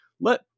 let